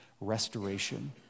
restoration